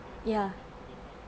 ya